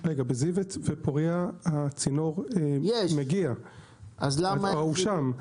בזיו ופוריה הצינור מגיע, הוא שם.